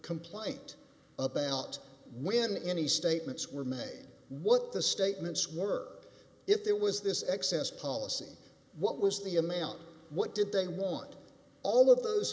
complaint about when any statements were made what the statements were if there was this excess policy what was the amount what did they want all of those